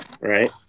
right